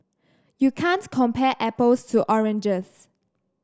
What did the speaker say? you can't compare apples to oranges